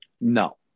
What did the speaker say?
No